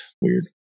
Weird